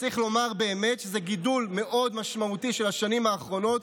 וצריך לומר באמת שזה גידול מאוד משמעותי של השנים האחרונות,